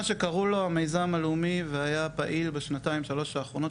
מה שקראו לו המיזם הלאומי והיה פעיל בשנתיים-שלוש האחרונות,